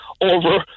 over